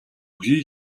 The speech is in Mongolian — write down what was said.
хий